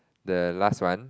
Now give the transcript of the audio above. the last one